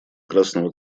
красного